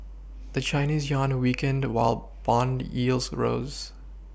the Chinese yuan weakened the while bond yields rose